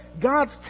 God's